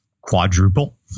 quadruple